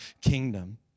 kingdom